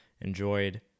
Enjoyed